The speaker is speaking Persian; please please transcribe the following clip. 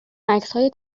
عکسهای